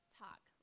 talk